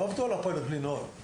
לא עבדו על הפיילוט בלי נוהל.